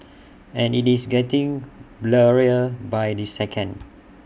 and IT is getting blurrier by the second